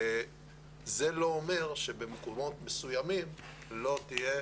זה לא אומר שבמקומות מסוימים לא תהיה